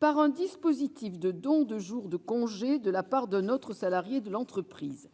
par un dispositif de don de jours de congé de la part d'un autre salarié de l'entreprise.